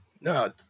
No